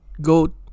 GOAT